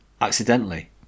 accidentally